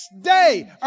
day